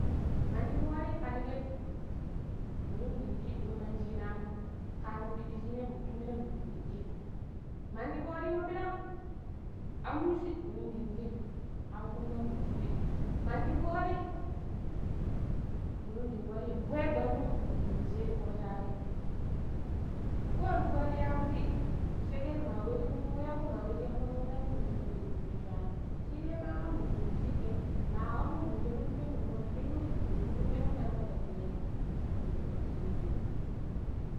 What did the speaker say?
﻿Modi foori ka shaƙƙet minun dang ci duman cinamu, kanan pidi cinai minu ndang dummina munun danci mandi foorimo bilang ammuji minun dangshei kan kumbam bature, mandi foori minun dang wali bure gwandum minu shei ti fok shaabi kowani kpali yo yafudi sheket mawe shiminu weko, ma we shi yamba munke mu munjire we shiminda shuani cinai ma kam minucite ma kamum minu shaadu kurbe minu wa pillun we shi kurbenmo tappile mu minunwatuci timina.